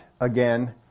again